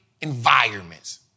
environments